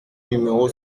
numéro